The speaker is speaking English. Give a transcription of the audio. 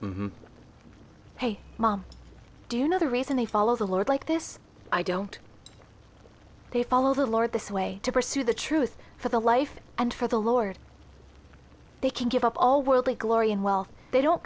hey mom do you know the reason they follow the lord like this i don't they follow the lord this way to pursue the truth for the life and for the lord they can give up all worldly glory and wealth they don't